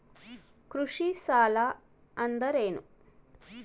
ಕೃಷಿ ಸಾಲ ಅಂದರೇನು?